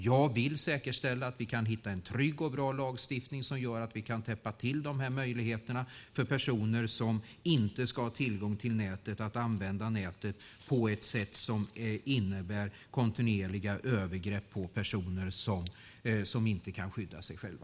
Jag vill säkerställa att vi hittar en trygg och bra lagstiftning som täpper till de här möjligheterna för personer som inte ska ha tillgång till nätet att använda det på ett sätt som innebär kontinuerliga övergrepp på personer som inte kan skydda sig själva.